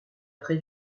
très